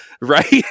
right